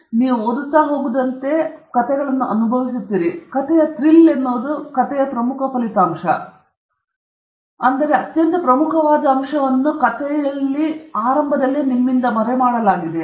ನೀವು ಓದುತ್ತಿದ್ದರೆ ನೀವು ಒಳ್ಳೆಯ ಕಥೆಗಳನ್ನು ಅನುಭವಿಸುತ್ತಿದ್ದರೆ ಕಥೆಯ ಥ್ರಿಲ್ ಎನ್ನುವುದು ಕಥೆಯ ಪ್ರಮುಖ ಫಲಿತಾಂಶ ಅಥವಾ ಅತ್ಯಂತ ಪ್ರಮುಖವಾದ ಅಂಶವನ್ನು ನಿಮ್ಮಿಂದ ಮರೆಮಾಡಲಾಗಿದೆ